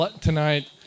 tonight